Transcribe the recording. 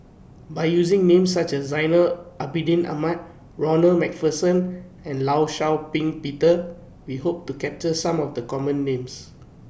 By using Names such as Zainal Abidin Ahmad Ronald MacPherson and law Shau Ping Peter We Hope to capture Some of The Common Names